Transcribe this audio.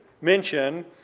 mention